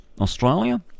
Australia